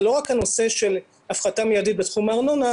זה לא רק הנושא של הפחתה מידית בסכום הארנונה,